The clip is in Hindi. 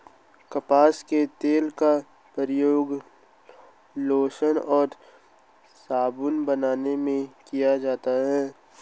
कपास के तेल का प्रयोग लोशन और साबुन बनाने में किया जाता है